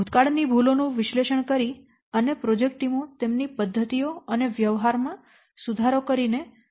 ભૂતકાળ ની ભૂલો નું વિશ્લેષણ કરીને પ્રોજેક્ટ ટીમો તેમની પદ્ધતિઓ અને વ્યવહાર માં સુધારો કરીને વધુ સારું કામ કરવાનું શીખી શકે છે